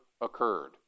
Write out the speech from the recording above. occurred